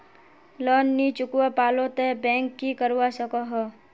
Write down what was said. Loan नी चुकवा पालो ते बैंक की करवा सकोहो?